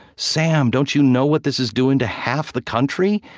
sam, don't you know what this is doing to half the country?